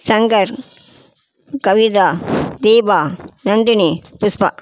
Shankar Kavitha Deepa Nandini Pushpa